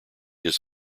his